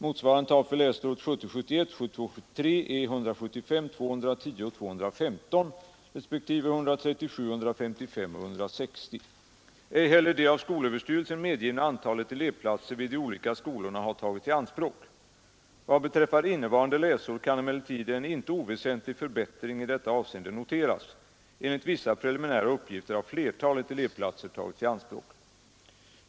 Motsvarande tal för läsåren 1970 73 är 175, 210 och 215 respektive 137, 155 och 160. Ej heller det av skolöverstyrelsen medgivna antalet elevplatser vid de olika skolorna har tagits i anspråk. Vad beträffar innevarande läsår kan emellertid en inte oväsentlig förbättring i detta avseende noteras. Enligt vissa preliminära uppgifter har flertalet elevplatser tagits i anspråk.